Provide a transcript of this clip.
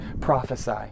prophesy